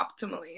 optimally